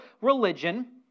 religion